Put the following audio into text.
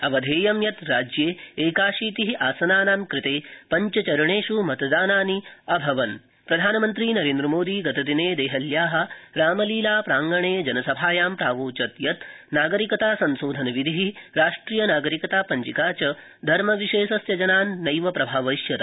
अवधेयं यतः राज्ये एकाशीति आसनानां कृते पञ्चचरणेष् मत ानानि अभवन प्रधानमन्त्री प्रधानमन्त्री नरेन्द्रमोधी गत्तिने वेहल्या रामलीला प्राङ्गणे जनसभायां प्रावोचत यत नागरिकता संशोधनविधि राष्ट्रियनागरिकता पञ्जिका च धर्मविशेषस्य जनान ान ानैव प्रभावयिष्यत